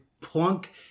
plunk